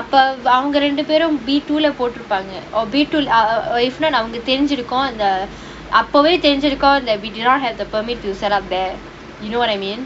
அப்ப அவங்க ரெண்டு பேரும்:naa appe avanga rendu perum B_two lah போட்டிருப்பாங்க:pottiruppaanga or B_two av~ if then அவங்க தெரிஞ்சிருக்கும் அந்த அப்பவே தெரிஞ்சிருக்கும் அந்த:avanga therinjirukkum antha appavae therinjirukkum antha we do not have the permit to set up there you know what I mean